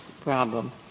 problem